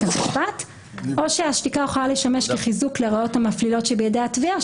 המשפט או שהשתיקה יכולה לשמש כחיזוק לראיות המפלילות שבידי התביעה,